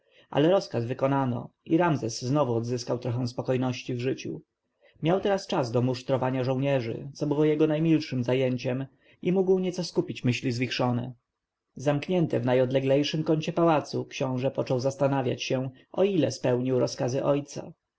ale rozkaz wykonano i ramzes znowu odzyskał nieco spokojności w życiu miał teraz czas do musztrowania żołnierzy co było jego najmilszem zajęciem i mógł nieco skupić zwichrzone myśli zamknięty w najodleglejszym kącie pałacu książę począł zastanawiać się o ile spełnił rozkazy ojca